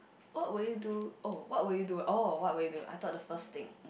what will you do oh what will you do oh what will you do I thought the first thing